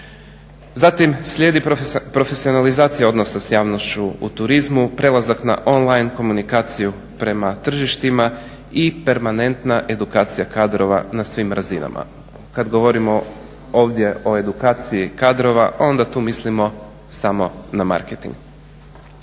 Zatim, slijedi profesionalizacija odnosa s javnošću u turizmu, prelazak na online komunikaciju prema tržištima i permanentna edukacija kadrova na svim razinama. Kad govorimo ovdje o edukaciji kadrova onda tu mislimo samo na marketing.